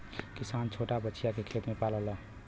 किसान छोटा बछिया के खेत में पाललन